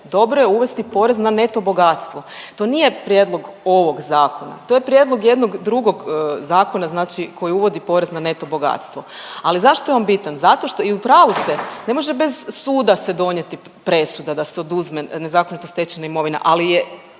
dobro je uvesti porez na neto bogatstvo. To nije prijedlog ovog zakona. To je prijedlog jednog drugog zakona, znači koji uvodi porez na neto bogatstvo. Ali zašto je on bitan? Zato što i u pravu ste ne može bez suda se donijeti presuda da se oduzme nezakonito stečena imovina, ali je